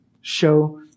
Show